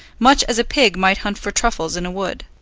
much as a pig might hunt for truffles in a wood.